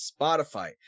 Spotify